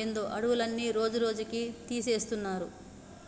ఏందో అడవులన్నీ రోజురోజుకీ తీసేస్తున్నారు